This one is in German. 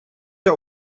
der